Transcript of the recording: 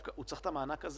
הוא צריך את המענק הזה